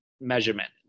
measurement